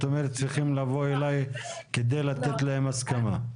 את אומרת צריכים לבוא אליי כדי לתת להם הסכמה.